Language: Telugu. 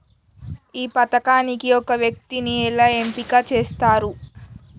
ఈ పథకానికి ఒక వ్యక్తిని ఎలా ఎంపిక చేస్తారు?